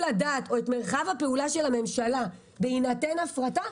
הדעת או את מרחב הפעולה של הממשלה בהינתן הפרטה,